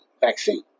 vaccine